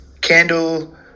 candle